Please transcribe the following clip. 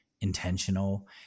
intentional